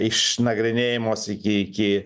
išnagrinėjamos iki iki